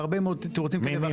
והרבה מאוד תירוצים כאלה ואחרים.